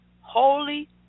holy